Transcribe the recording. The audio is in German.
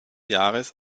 jahres